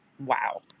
Wow